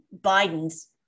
Biden's